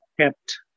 kept